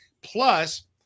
Plus